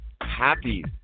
happy